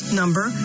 number